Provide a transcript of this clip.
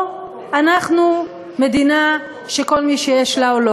או שאנחנו מדינה שכל מי שיש לה או לו